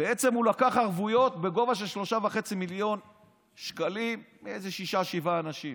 הוא לקח ערבויות בגובה של 3.5 מיליון שקלים משישה-שבעה אנשים.